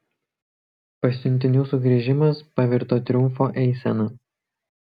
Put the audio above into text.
pasiuntinių sugrįžimas pavirto triumfo eisena